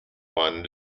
one